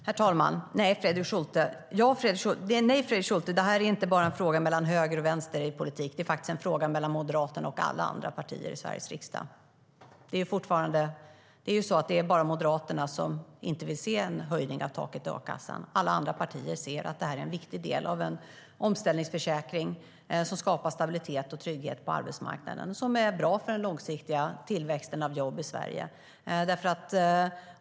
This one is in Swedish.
Herr talman! Nej, Fredrik Schulte, det här är inte bara en fråga mellan höger och vänster i politiken. Det är faktiskt en fråga mellan Moderaterna och alla andra partier i Sveriges riksdag. Det är bara Moderaterna som inte vill se en höjning av taket i a-kassan. Alla andra partier ser att det här är en viktig del av en omställningsförsäkring som skapar stabilitet och trygghet på arbetsmarknaden, som är bra för den långsiktiga tillväxten av jobb i Sverige.